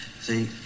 see